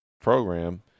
Program